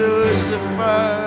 Lucifer